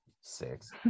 six